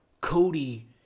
Cody